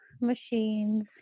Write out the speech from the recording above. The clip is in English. machines